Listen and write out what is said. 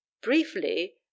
briefly